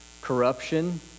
corruption